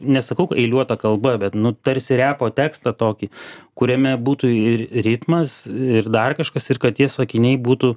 nesakau eiliuota kalba bet nu tarsi repo tekstą tokį kuriame būtų ir ritmas ir dar kažkas ir kad tie sakiniai būtų